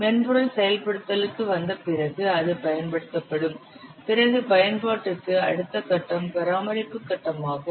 மென்பொருள் செயல்படுத்துதலுக்கு வந்த பிறகு அது பயன்படுத்தப்படும் பிறகு பயன்பாட்டுக்கு அடுத்த கட்டம் பராமரிப்பு கட்டமாகும்